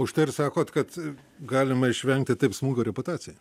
užtai ir sakot kad galima išvengti taip smūgio reputacijai